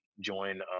join